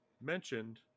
mentioned